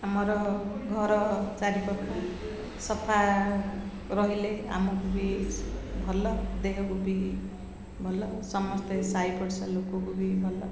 ଆମର ଘର ଚାରିପାଖ ସଫା ରହିଲେ ଆମକୁ ବି ଭଲ ଦେହକୁ ବି ଭଲ ସମସ୍ତେ ସାଇ ପଡ଼ିଶା ଲୋକକୁ ବି ଭଲ